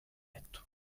letto